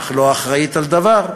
אך לא אחראית לדבר,